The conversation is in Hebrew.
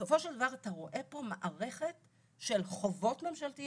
בסופו של דבר אתה רואה פה מערכת של חובות ממשלתיות,